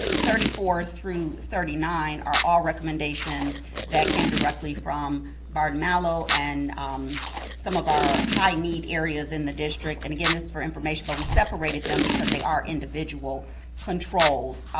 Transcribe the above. thirty four through thirty nine are all recommendations that came directly from barton malow and um some of our high need areas in the district, and again, this is for information, but we separated them because they are individual controls,